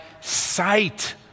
sight